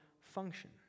function